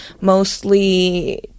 mostly